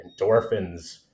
endorphins